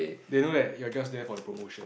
they know that you are just there for the promotion